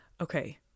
Okay